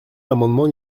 l’amendement